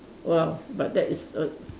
well but that is a